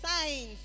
signs